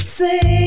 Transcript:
say